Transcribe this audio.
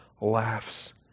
laughs